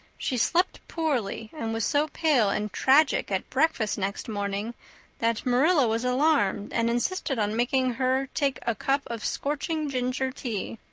she slept poorly and was so pale and tragic at breakfast next morning that marilla was alarmed and insisted on making her take a cup of scorching ginger tea.